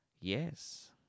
Yes